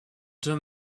deux